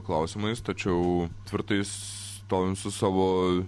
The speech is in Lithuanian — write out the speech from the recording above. klausimais tačiau tvirtai stovim su savo